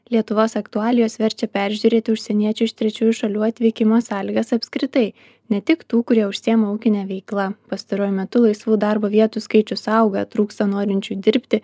lietuvos aktualijos verčia peržiūrėti užsieniečių iš trečiųjų šalių atvykimo sąlygas apskritai ne tik tų kurie užsiima ūkine veikla pastaruoju metu laisvų darbo vietų skaičius auga trūksta norinčių dirbti